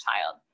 child